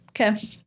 Okay